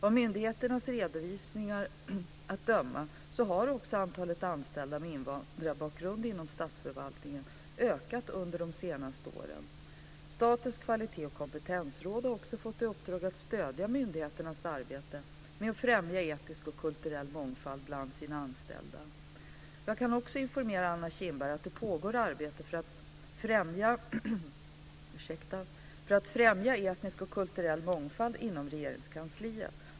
Av myndigheternas redovisningar att döma har också antalet anställda med invandrarbakgrund inom statsförvaltningen ökat under de senaste åren. Statens kvalitets och kompetensråd har också fått i uppdrag att stödja myndigheternas arbete med att främja etnisk och kulturell mångfald bland sina anställda. Jag kan också informera Anna Kinberg om att det pågår arbete för att främja etnisk och kulturell mångfald inom Regeringskansliet.